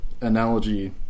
analogy